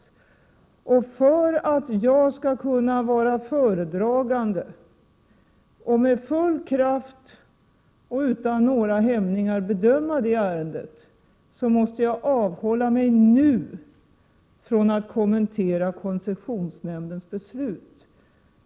För det andra: för att jag skall kunna vara föredragande och med full kraft och utan några hämningar kunna bedöma det ärendet måste jag avhålla mig från att nu kommentera koncessionsnämndens beslut.